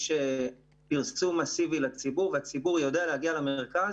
יש פרסום מסיבי לציבור והציבור יודע להגיע למרכז.